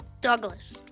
Douglas